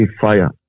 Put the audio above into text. fire